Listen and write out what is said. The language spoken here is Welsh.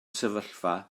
sefyllfa